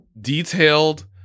detailed